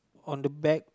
on the back